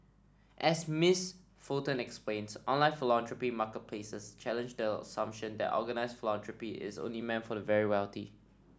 as Miss Fulton explains online philanthropy marketplaces challenge the assumption that organised philanthropy is only meant for the very wealthy